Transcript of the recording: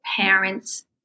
parents